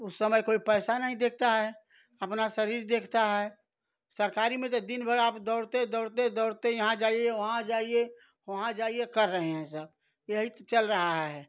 उस समय कोई पैसा नहीं देखता है अपना शरीर देखता है सरकारी में तो दिन भर आप दौड़ते दौड़ते दौड़ते यहाँ जाइए वहाँ जाइए वहाँ जाइए कर रहे हैं सब यही त चल रहा है